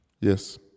Yes